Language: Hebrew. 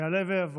יעלה ויבוא.